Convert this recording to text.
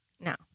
No